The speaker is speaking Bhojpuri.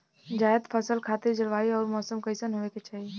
जायद फसल खातिर जलवायु अउर मौसम कइसन होवे के चाही?